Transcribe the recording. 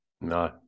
No